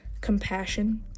Compassion